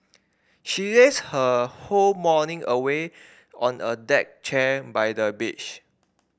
she lazed her whole morning away on a deck chair by the beach